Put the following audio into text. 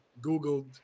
Googled